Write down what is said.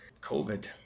COVID